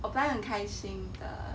我本来很开心的